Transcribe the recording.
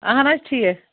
اَہَن حظ ٹھیٖک